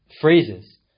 phrases